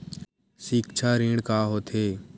सिक्छा ऋण का होथे?